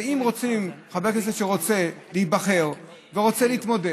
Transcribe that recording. ואם רוצים, חבר כנסת שרוצה להיבחר ורוצה להתמודד,